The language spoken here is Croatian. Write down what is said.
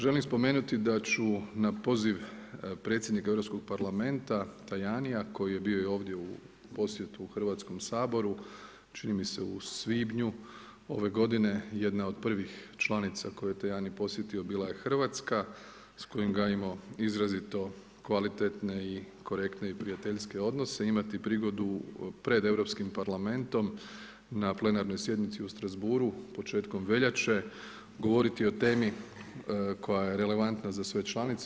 Želim spomenuti da ću na poziv predsjednika Europskog parlamenta Tajania koji je bio i ovdje u posjetu u Hrvatskom saboru, čini mi se u svibnju ove godine jedne od prvih članica koje je Tajani posjetio bila je Hrvatska s kojim gajimo izrazito kvalitetne, korektne i prijateljske odnose, imati prigodu pred Europskim parlamentom na plenarnoj sjednici u Strasbourgu početkom veljače govoriti o temi koja je relevantna za sve članice.